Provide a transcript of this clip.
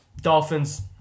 Dolphins